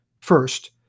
first